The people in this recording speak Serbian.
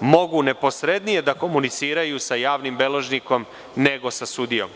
mogu neposrednije da komuniciraju sa javnim beležnikom nego sa sudijom.